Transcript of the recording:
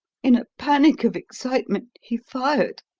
in a panic of excitement, he fired.